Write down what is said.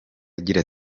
agira